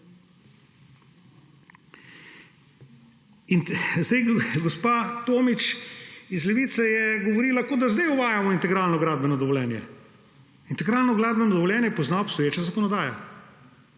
Gospa Tomić iz Levice je govorila, kot da zdaj uvajamo integralno gradbeno dovoljenje. Integralno gradbeno dovoljenje pozna obstoječa zakonodaja.